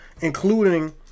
including